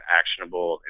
actionable